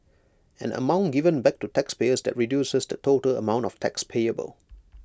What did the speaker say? an amount given back to taxpayers that reduces the total amount of tax payable